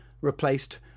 replaced